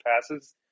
passes